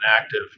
active